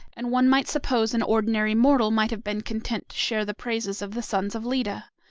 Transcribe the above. and one might suppose an ordinary mortal might have been content to share the praises of the sons of leda.